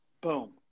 Boom